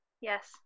Yes